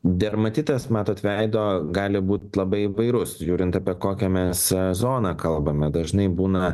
dermatitas matot veido gali būt labai įvairus žiūrint apie kokią mes zoną kalbame dažnai būna